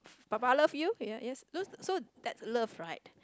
Baba love you you know those so that love right